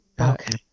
Okay